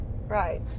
right